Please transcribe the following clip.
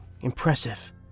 Impressive